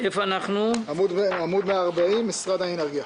עמוד 140, משרד האנרגיה.